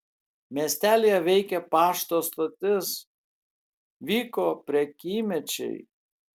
miestelyje veikė pašto stotis vyko prekymečiai